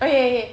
okay okay